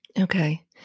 Okay